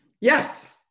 Yes